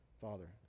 Father